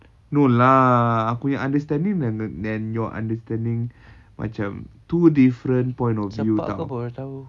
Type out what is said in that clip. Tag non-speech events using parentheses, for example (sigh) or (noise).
no lah aku punya understanding and your understanding (breath) macam two different point of view